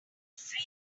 free